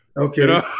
Okay